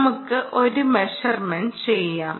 നമുക്ക് ഒരു മെഷർമെന്റ് ചെയ്യാം